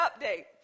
update